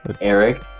Eric